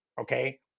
okay